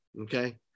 Okay